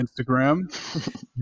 Instagram